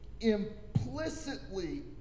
implicitly